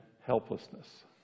helplessness